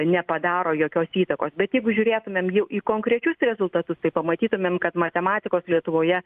nepadaro jokios įtakos bet jeigu žiūrėtumėm jau į konkrečius rezultatus tai pamatytumėm kad matematikos lietuvoje